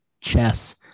chess